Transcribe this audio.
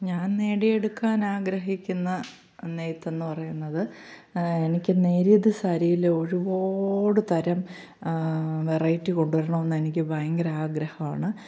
ഞാൻ നേടിയെടുക്കാൻ ആഗ്രഹിക്കുന്ന നെയ്ത്തെന്ന് പറയുന്നത് എനിക്ക് നേരിയത് സാരിയിൽ ഒരുപാട് തരം വെറൈറ്റി കൊണ്ടുവരണം എന്ന് എനിക്ക് ഭയങ്കര ആഗ്രഹമാണ്